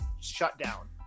shutdown